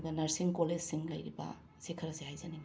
ꯑꯗꯨꯒ ꯅꯔꯁꯤꯡ ꯀꯣꯂꯦꯁꯁꯤꯡ ꯂꯩꯔꯤꯕ ꯁꯤ ꯈꯔꯁꯤ ꯍꯥꯏꯖꯅꯤꯡꯉꯤ